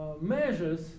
measures